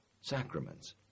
sacraments